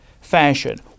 fashion